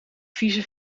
vieze